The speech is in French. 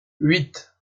huit